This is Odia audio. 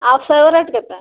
ଆଉ ସେଓ ରେଟ୍ କେତେ